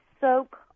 soak